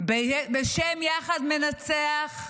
בשם "יחד ננצח"